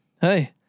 Hey